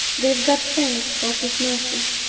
gave god thanks for his mercies.